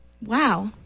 Wow